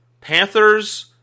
Panthers